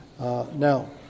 Now